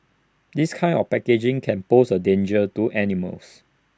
this kind of packaging can pose A danger to animals